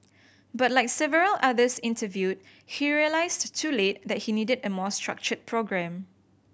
but like several others interviewed he realised too late that he needed a more structured programme